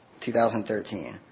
2013